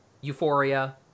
Euphoria